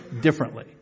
differently